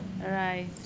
Right